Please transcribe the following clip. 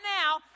now